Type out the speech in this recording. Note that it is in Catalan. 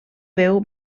veu